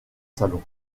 salon